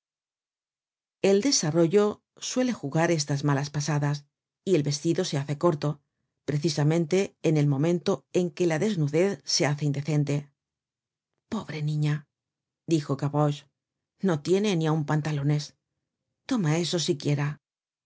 el desarrollo suele jugar estas malas pasadas y el vestido se hace corto precisamente en el momento en que la desnudez se hace indecente pobre niña dijo gavroche no tiene ni aun pantalones toma eso siquiera